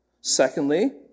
Secondly